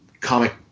comic